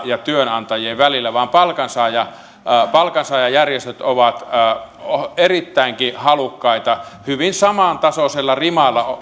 ja työnantajien välillä vaan palkansaajajärjestöt ovat ovat erittäinkin halukkaita hyvin samantasoisella rimalla